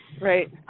Right